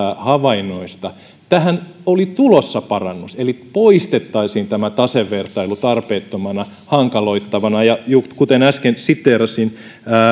havainnoista tähän oli tulossa parannus eli poistettaisiin tämä tasevertailu tarpeettomana hankaloittavana ja kuten äsken siteerasin